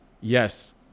yes